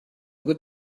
good